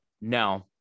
No